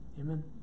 Amen